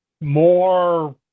more